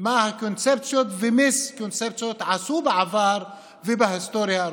מה הקונספציות והמיסקונספציות עשו בעבר ובהיסטוריה ארוכה.